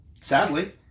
Sadly